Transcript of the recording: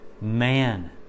man